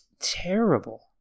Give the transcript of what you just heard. terrible